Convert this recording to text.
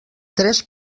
tres